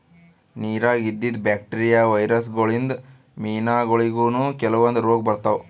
ನಿರಾಗ್ ಇದ್ದಿದ್ bacteria, virus ಗೋಳಿನ್ದ್ ಮೀನಾಗೋಳಿಗನೂ ಕೆಲವಂದ್ ರೋಗ್ ಬರ್ತಾವ್